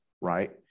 right